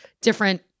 different